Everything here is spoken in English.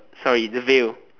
sorry the veil